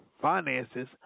finances